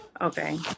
Okay